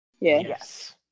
Yes